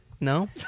No